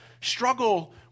struggle